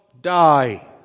die